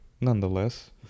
nonetheless